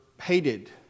hated